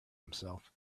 himself